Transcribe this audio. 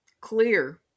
clear